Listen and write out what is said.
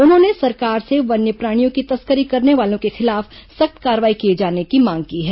उन्होंने सरकार से वन्यप्राणियों की तस्करी करने वालों के खिलाफ सख्त कार्रवाई किए जाने की मांग की है